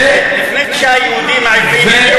זה לפני שהיהודים העברים הגיעו.